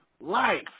life